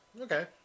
okay